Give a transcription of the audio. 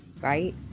right